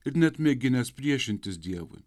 ir net mėginęs priešintis dievui